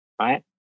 right